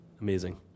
Amazing